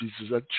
Jesus